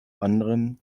anderem